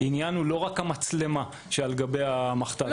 העניין הוא לא רק המצלמה שעל גבי המכתז אלא